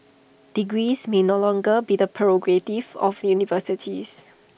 degrees may no longer be the prerogative of universities